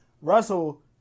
Russell